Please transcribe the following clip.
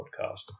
podcast